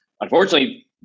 unfortunately